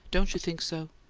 don't you think so?